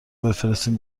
بفرستین